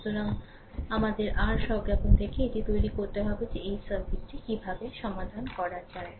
সুতরাং আমাদের r স্বজ্ঞাপন থেকে এটি তৈরি করতে হবে যে এই সার্কিটটি কীভাবে সমাধান করা যায়